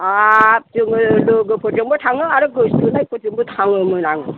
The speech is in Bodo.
हाब जोङो लोगोफोरजोंबो थाङो आरो गोस्थोनाय फोरजोंबो थाङोमोन आं